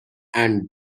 and